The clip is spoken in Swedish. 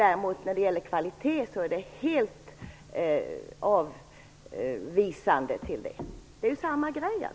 När det däremot gäller kvaliteten är man helt avvisande. Det är ju samma sak.